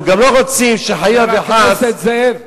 אנחנו גם לא רוצים שחלילה וחס, חבר הכנסת זאב,